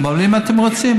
אבל אם אתם רוצים,